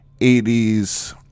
80s